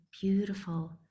Beautiful